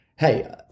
hey